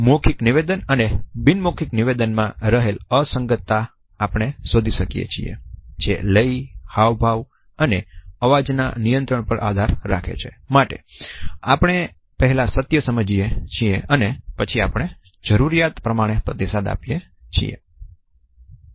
મૌખિક નિવેદન અને બિન મૌખિક નિવેદન માં રહેલ અસંગતતા આપણે શોધી શકીએ છીએ જે લય હાવભાવ અને અવાજ ના નિયંત્રણ પર આધાર રાખે છે માટે આપણે પહેલા સત્ય સમજીએ છીએ અને પછી આપણે જરૂરિયાત પ્રમાણે પ્રતિસાદ આપીએ છીએ